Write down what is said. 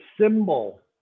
symbol